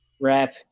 rap